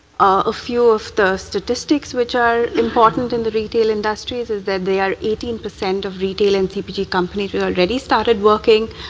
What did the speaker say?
a few of the statistics which are important in the retail industries is that they are eighteen percent of retail and but companies who already started working,